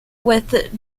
with